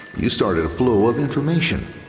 you started a flow of information.